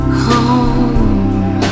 home